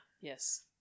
yes